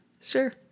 Sure